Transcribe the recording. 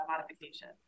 modification